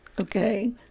Okay